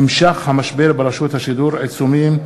נמשך המשבר ברשות השידור, עיצומים,